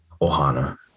Ohana